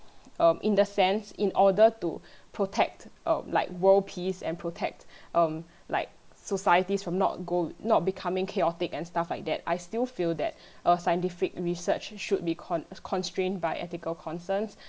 um in the sense in order to protect err like world peace and protect um like societies from not go not becoming chaotic and stuff like that I still feel that uh scientific research should be con~ constrained by ethical concerns